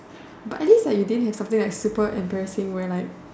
but I guess like you didn't have something super embarrassing where like